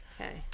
Okay